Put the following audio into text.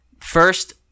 first